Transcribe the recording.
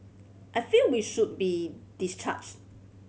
I feel we should be discharged